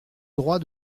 droit